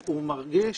הוא מרגיש